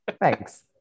Thanks